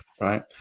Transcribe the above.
right